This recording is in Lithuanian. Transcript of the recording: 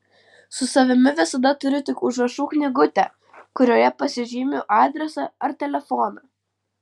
su savimi visada turiu tik užrašų knygutę kurioje pasižymiu adresą ar telefoną